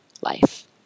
life